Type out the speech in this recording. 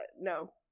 no